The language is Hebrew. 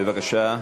בבקשה.